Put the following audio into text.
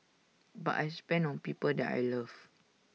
but I spend on people that I love